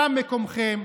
שם מקומכם.